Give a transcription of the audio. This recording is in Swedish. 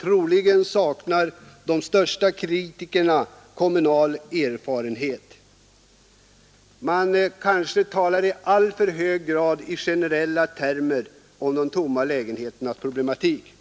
Troligen saknar de största kritikerna erfarenhet av kommunalt arbete. Man kanske talar i allt för hög grad i generella termer om de tomma lägenheternas problematik.